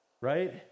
right